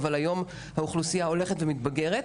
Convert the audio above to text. אבל היום האוכלוסייה הולכת ומתבגרת,